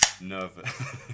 nervous